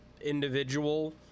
individual